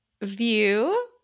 view